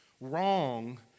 wrong